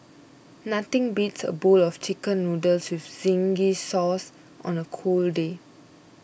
nothing beats a bowl of Chicken Noodles with Zingy Red Sauce on a cold day